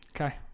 Okay